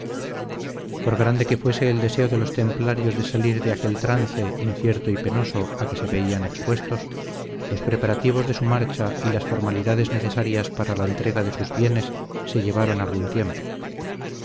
por grande que fuese el deseo de los templarios de salir de aquel trance incierto y penoso a que se veían expuestos los preparativos de su marcha y las formalidades necesarias para la entrega de sus bienes se llevaron algún tiempo